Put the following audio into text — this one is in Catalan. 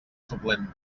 suplent